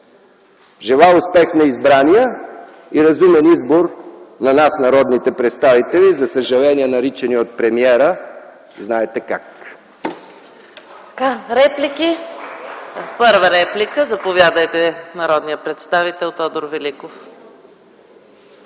Желая успех на избрания! Желая разумен избор на нас, народните представители, за съжаление наричани от премиера знаете как.